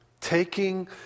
Taking